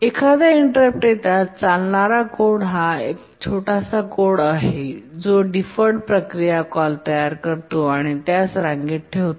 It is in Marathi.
एखादा इंटरप्ट येताच चालणारा कोड हा एक छोटासा कोड आहे जो डिफर्ड प्रक्रिया कॉल तयार करतो आणि त्यास रांगेत ठेवतो